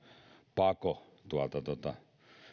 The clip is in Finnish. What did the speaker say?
pako tuolta tuolta